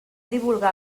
divulgar